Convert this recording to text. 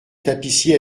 tapissiers